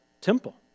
temple